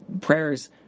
prayers